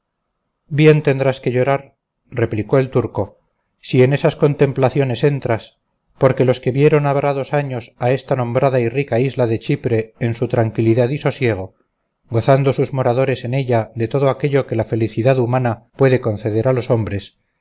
bien tendrás que llorar replicó el turco si en esas contemplaciones entras porque los que vieron habrá dos años a esta nombrada y rica isla de chipre en su tranquilidad y sosiego gozando sus moradores en ella de todo aquello que la felicidad humana puede conceder a los hombres